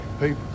people